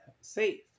safe